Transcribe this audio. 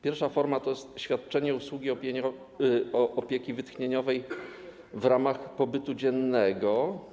Pierwsza forma to jest świadczenie usługi opieki wytchnieniowej w ramach pobytu dziennego.